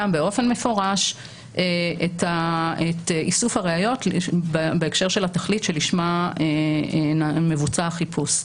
באופן מפורש את איסוף הראיות בהקשר של התכלית שלשמה מבוצע החיפוש.